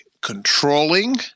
controlling